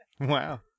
Wow